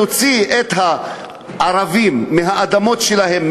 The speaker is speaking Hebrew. להוציא את הערבים מהאדמות שלהם,